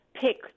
pick